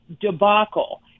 debacle